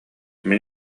мин